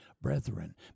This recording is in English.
brethren